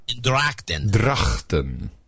Drachten